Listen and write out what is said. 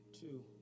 two